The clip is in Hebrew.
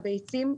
הביצים,